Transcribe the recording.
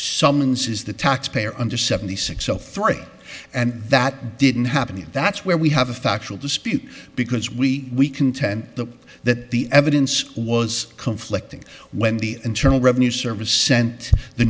summonses the taxpayer under seventy six zero three and that didn't happen and that's where we have a factual dispute because we we contend the that the evidence was conflicting when the internal revenue service sent the